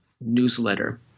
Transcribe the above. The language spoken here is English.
newsletter